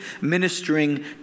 ministering